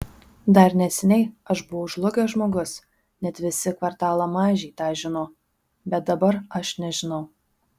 dar neseniai aš buvau žlugęs žmogus net visi kvartalo mažiai tą žino bet dabar aš nežinau